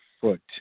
foot